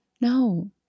No